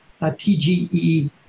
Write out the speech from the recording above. tge